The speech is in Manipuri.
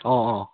ꯑꯣ ꯑꯣ